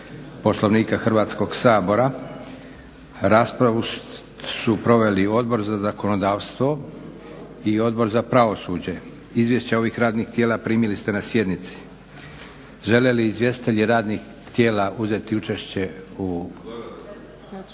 Poslovnika Hrvatskog sabora. Raspravu su proveli Odbor za zakonodavstvo i Odbor za pravosuđe. Izvješća ovih radnih tijela primili ste na sjednici. Žele li izvjestitelji radnih tijela uzeti učešće u,